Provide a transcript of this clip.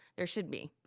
there should be.